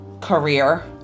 career